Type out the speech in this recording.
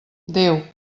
déu